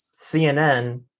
CNN